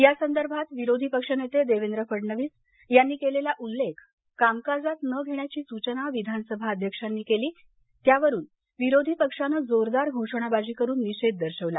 या संदर्भात विरोधी पक्षनेते देवेंद्र फडणवीस यांनी केलेला उल्लेख कामकाजात न घेण्याची सूचना विधानसभा अध्यक्षांनी केली त्यावरून विरोधी पक्षानं जोरदार घोषणाबाजी करून निषेध दर्शवला